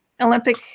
Olympic